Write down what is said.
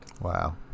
Wow